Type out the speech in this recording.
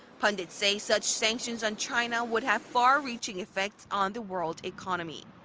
pundits say such sanctions on china would have far-reaching effects on the world economy.